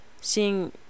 seeing